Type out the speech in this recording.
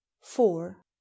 four